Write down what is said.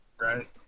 right